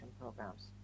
programs